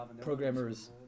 programmers